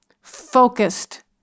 focused